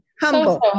humble